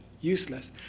useless